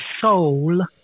soul